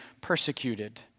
persecuted